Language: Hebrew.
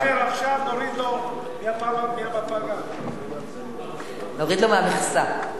מי שמדבר עכשיו, נוריד לו, נוריד לו מהמכסה.